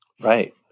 Right